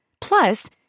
Plus